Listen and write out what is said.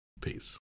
Peace